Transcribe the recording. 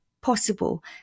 possible